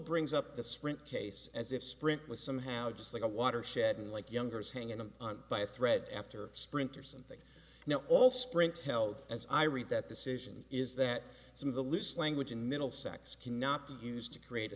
brings up the sprint case as if sprint was somehow just like a watershed unlike youngers hanging on by a thread after sprinter something now all sprint held as i read that decision is that some of the loose language in middlesex cannot be used to create